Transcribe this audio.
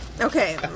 Okay